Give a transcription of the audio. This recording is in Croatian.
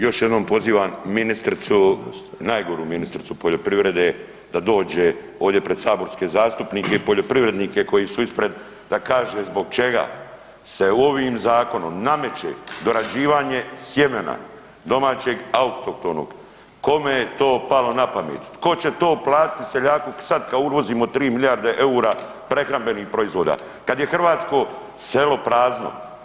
Još jednom pozivam ministricu, najgoru ministricu poljoprivrede, da dođe ovdje pred saborske zastupnike i poljoprivrednike koji su ispred da kaže zbog čega se ovim zakonom nameće dorađivanje sjemena domaćeg autohtonog, kome je to palo na pamet, tko će to platiti seljaku sad kad uvozimo 3 milijarde EUR-a prehrambenih proizvoda, kad je hrvatsko selo prazno?